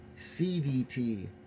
CDT